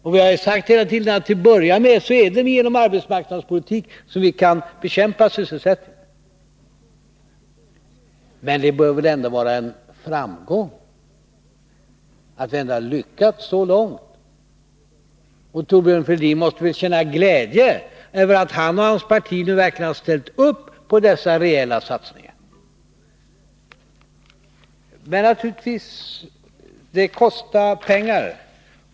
Vi har hela tiden sagt att i början är det genom arbetsmarknadspolitik som vi kan bekämpa arbetslösheten. Men det bör väl ändå anses vara en framgång att vi har lyckats så långt? Thorbjörn Fälldin måste väl känna glädje över att han och hans parti verkligen har ställt upp för dessa rejäla satsningar? Men det kostar naturligtvis pengar.